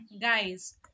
guys